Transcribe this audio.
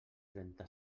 trenta